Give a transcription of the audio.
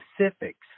specifics